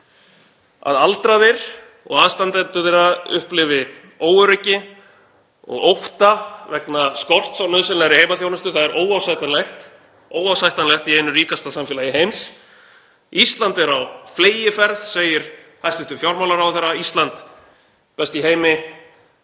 Að aldraðir og aðstandendur þeirra upplifi óöryggi og ótta vegna skorts á nauðsynlegri heimaþjónustu er óásættanlegt, óásættanlegt í einu ríkasta samfélagi heims. Ísland er á fleygiferð, segir hæstv. fjármálaráðherra, Ísland best í heimi,